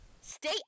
Stay